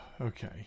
Okay